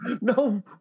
No